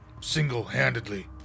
single-handedly